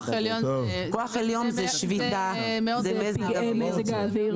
כוח עליון זה שביתה, זה מזג אוויר.